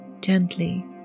gently